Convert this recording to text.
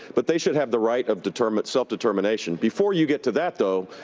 but they should have the right of determine self-determination. before you get to that, though,